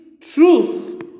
truth